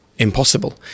Impossible